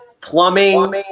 plumbing